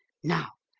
now,